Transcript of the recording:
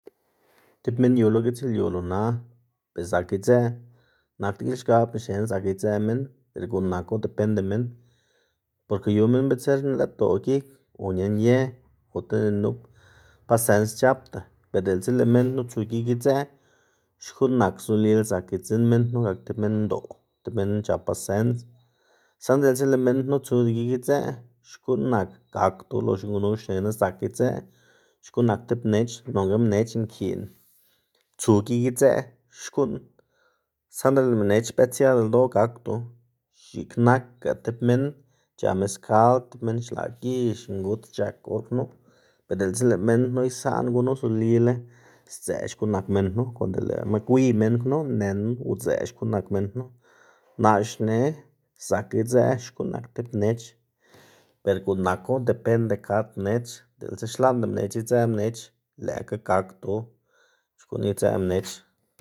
Tib minn yu lo gitslyu lo na be zak idzëꞌ. Naꞌ degilxkabná xnená zak idzëꞌ minn ber guꞌn naku depende minn, porke yu minn bitser nlëꞌdoꞌ gik o ñanye ota ni nup pasens c̲h̲apda ber diꞌltsa lëꞌ minn knu tsu gik idzëꞌ xkuꞌn nak zolila zak idzinn minn knu gak tib minn ndoꞌ, tib minn c̲h̲ap pasens, saꞌnda diꞌltsa lëꞌ minn knu tsuda gik itsëꞌ xkuꞌn nak gakdo. Loxna gunu xnená zak idzëꞌ xkuꞌn nak tib mnech, nonga mnech kiꞌn su gik idzëꞌ xkuꞌn saꞌnda lëꞌ mnech bët siada ldoꞌ gakdo. X̱iꞌk nakga tib minn c̲h̲a meskal tib minn xlaꞌ gix nguts c̲h̲ak or knu, ber diꞌltsa lëꞌ minn knu isaꞌn gunu zolila sdzëꞌ xkuꞌn nak minn knu, konde lëꞌma gwiy minn knu nen udzë' xkuꞌn nak minn knu. Naꞌ xne zak idzëꞌ xkuꞌn nak tib mnech, ber gu'n naku depende kad mnech, di'ltsa xla'nda mnech idzëꞌ mnech lëꞌkga gakdo xkuꞌn idzëꞌ mnech.